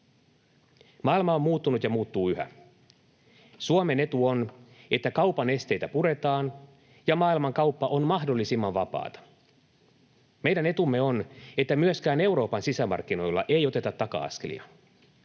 Maailma on muuttunut ja muuttuu yhä. Suomen etu on, että kaupan esteitä puretaan ja maailmankauppa on mahdollisimman vapaata. Meidän etumme on, että myöskään Euroopan sisämarkkinoilla ei oteta taka-askelia.